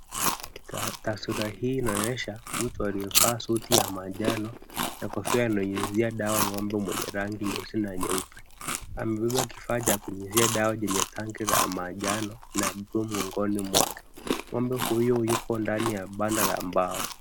Taswira hii inaonyesha mtu aliyevaa suti ya rangi ya manjano na kofia. Ananyunyuzia dawa ng'ombe mwenye rangi nyeusi na nyeupe. Amebeba kifaa cha kunyunyuzia dawa chenye tanki la manjano na blue mgongoni mwake.Ng'ombe huyu yuko ndani ya banda la mbao.